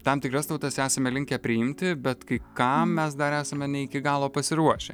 tam tikras tautas esame linkę priimti bet kai kam mes dar esame ne iki galo pasiruošę